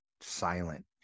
silent